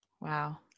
Wow